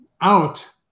out